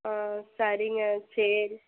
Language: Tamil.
ஆ சரிங்க சரி